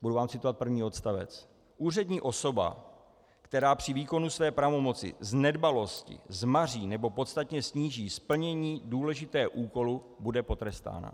Budu vám citovat první odstavec: Úřední osoba, která při výkonu své pravomoci z nedbalosti zmaří nebo podstatně ztíží splnění důležitého úkolu, bude potrestána.